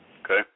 Okay